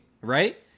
right